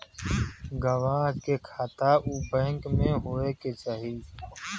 गवाह के खाता उ बैंक में होए के चाही